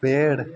पेड़